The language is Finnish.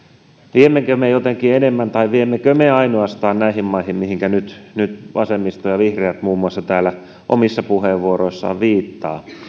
viemmekö me jotenkin enemmän tai viemmekö ainoastaan me näihin maihin mihinkä nyt nyt vasemmisto ja vihreät muun muassa täällä omissa puheenvuoroissaan viittaavat